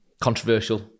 Controversial